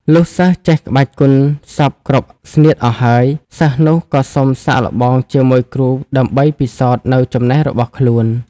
លុះសិស្សចេះក្បាច់គុនសព្វគ្រប់ស្នៀតអស់ហើយ សិស្សនោះក៏សុំសាកល្បងជាមួយគ្រូដើម្បីពិសោធនូវចំណេះរបស់ខ្លួន ។